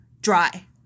dry